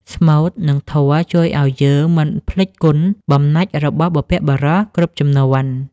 ស្មូត និងធម៌ជួយឱ្យយើងមិនភ្លេចគុណបំណាច់របស់បុព្វបុរសគ្រប់ជំនាន់។